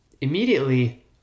immediately